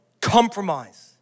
compromise